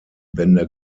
bänder